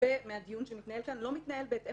הרבה מהדיון שמתנהל כאן לא מתנהל בהתאם